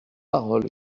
parole